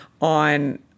on